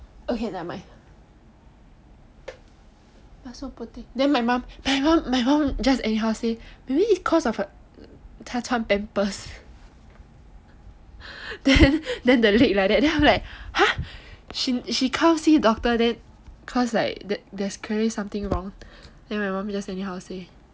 okay never mind but so poor thing then my mom my mom just anyhow say maybe is cause of her 她穿 pampers then the leg like that then I'm like !huh! she come see doctor then cause like there's clearly something wrong then my mom just anyhow say